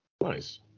Nice